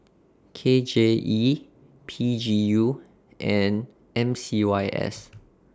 K J E P G U and M C Y S